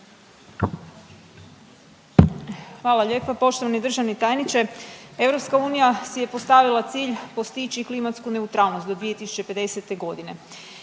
Hvala lijepo. Poštovani državni tajniče, EU si je postavila cilj postići klimatsku neutralnost do 2050.g.